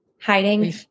Hiding